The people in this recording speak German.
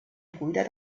brüder